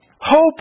Hope